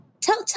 tell